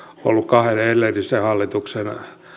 ollut kahden edellisen hallituksen